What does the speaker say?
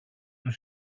του